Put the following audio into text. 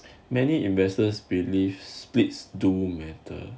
many investors believe splits do matter